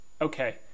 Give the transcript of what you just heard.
okay